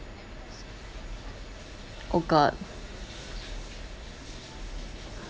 oh god